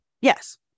Yes